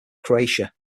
croatia